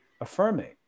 affirming